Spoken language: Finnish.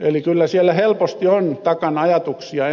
eli kyllä siellä helposti on takana ajatuksia